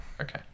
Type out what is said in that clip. Okay